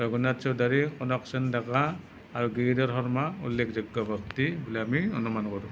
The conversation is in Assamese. ৰঘুনাথ চৌধাৰী কনকসেন ডেকা আৰু গিৰিধৰ শৰ্মা উল্লেখযোগ্য ব্যক্তি বুলি আমি অনুমান কৰোঁ